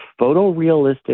photorealistic